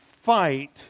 Fight